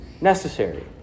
necessary